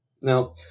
Now